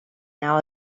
now